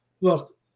look